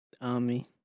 army